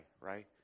right